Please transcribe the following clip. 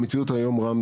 יש מקומות שכן.